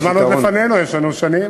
אבל הזמן עוד לפנינו, יש לנו שנים.